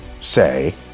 say